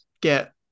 get